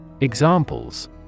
Examples